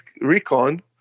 recon